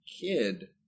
kid